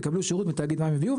יקבלו שירות מתאגיד מים וביוב,